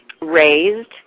raised